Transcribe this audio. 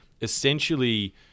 essentially